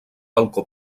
balcó